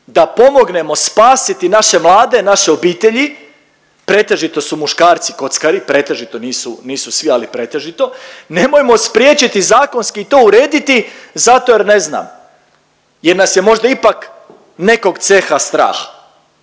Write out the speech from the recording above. da pomognemo spasiti naše mlade, naše obitelji, pretežito su muškarci kockari. Pretežito, nisu svi ali pretežito. Nemojmo spriječiti i zakonski to urediti zato jer ne zna, jer nas je možda ipak nekog ceha strah